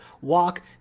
walk